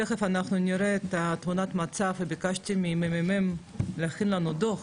תיכף אנחנו נראה את תמונת המצב וביקשתי מהממ"מ להכין לנו דוח,